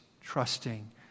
trusting